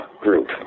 group